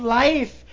life